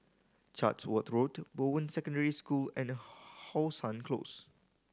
Chatsworth Road Bowen Secondary School and How Sun Close